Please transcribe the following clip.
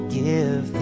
give